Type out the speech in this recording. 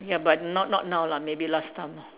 ya but not not now lah maybe last time lah